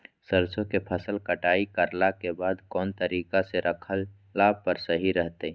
सरसों के फसल कटाई करला के बाद कौन तरीका से रखला पर सही रहतय?